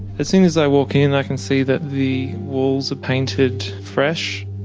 as soon as i walk in i can see that the walls are painted fresh,